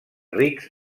rics